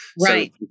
Right